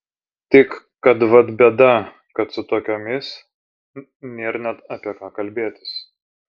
tik kad vat bėda kad su tokiomis nėr net apie ką kalbėtis